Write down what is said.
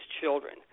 children